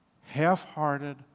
Half-hearted